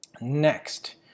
next